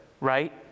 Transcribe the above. right